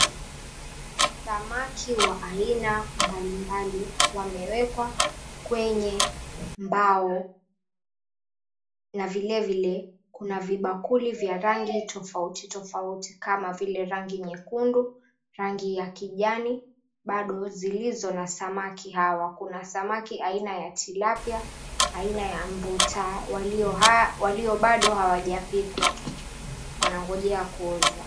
Samaki wa aina mbalimbali, wamewekwa kwenye mbao. Na vile vile kuna vibakuli vya rangi tofauti tofauti, kama vile rangi nyekundu, rangi ya kijani, bado zilizo na samaki hawa. Kuna samaki aina ya tilapia, aina ya mbuta walio bado hawajapikwa. Wanangojea kuuzwa.